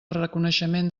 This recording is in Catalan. reconeixement